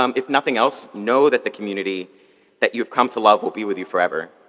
um if nothing else, know that the community that you've come to love will be with you forever.